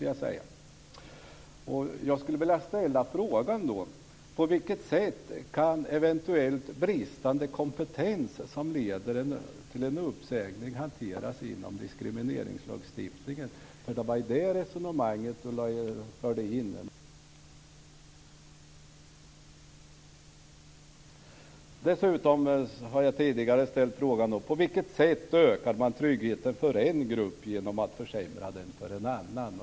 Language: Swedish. Jag skulle vilja ställa en fråga. På vilket sätt kan eventuell bristande kompetens som leder till en uppsägning hanteras inom diskrimineringslagstiftningen? Det var ju det resonemanget som Barbro Feltzing förde in. Dessutom har jag tidigare ställt frågan: På vilket sätt ökar man tryggheten för en grupp genom att försämra den för en annan?